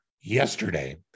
yesterday